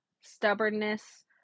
stubbornness